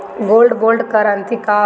Gold bond करतिं का होला?